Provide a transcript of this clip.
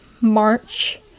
March